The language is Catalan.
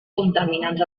contaminants